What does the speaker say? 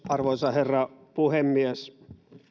arvoisa herra puhemies